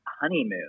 honeymoon